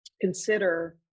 consider